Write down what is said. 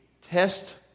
test